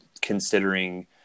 considering